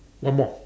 one more